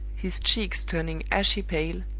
his cheeks turning ashy pale,